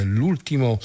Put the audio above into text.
l'ultimo